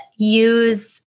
use